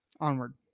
Onward